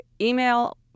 email